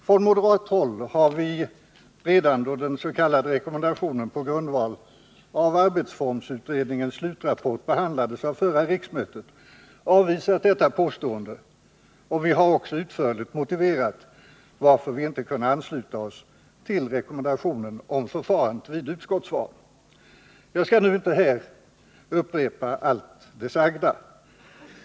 Från moderat håll har vi redan då den s.k. rekommendationen på grundval av arbetsformsutredningens slutrapport behandlades förra riksmötet avvisat detta påstående, och vi har också utförligt motiverat varför vi inte kunde ansluta oss till rekommendationen om förfarandet vid utskottsval. Jag skall inte nu upprepa allt detta.